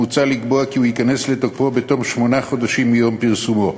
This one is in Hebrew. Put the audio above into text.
מוצע לקבוע כי הוא ייכנס לתוקפו בתום שמונה חודשים מיום פרסומו.